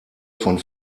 von